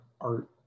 art